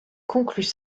concluent